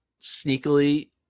sneakily